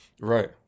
Right